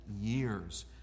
years